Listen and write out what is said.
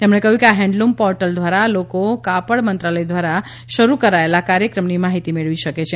તેમણે કહ્યું કે આ હેન્ડલૂમ પોર્ટલ દ્વારા લોકો કાપડ મંત્રાલય દ્વારા શરૂ કરાયેલા કાર્યક્રમની માહિતી મેળવી શકે છે